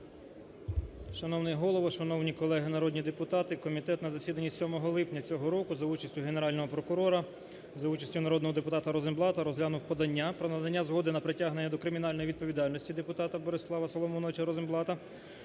Шановний Голово, шановні колеги народні депутати, комітет на засіданні 7 липня цього року за участю Генерального прокурора, за участю народного депутата Розенблата розглянув подання про надання згоди на притягнення до кримінальної відповідальності депутата Борислава Соломоновича Розенблата,